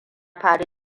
faru